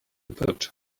boat